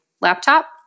laptop